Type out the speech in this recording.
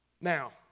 Now